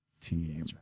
team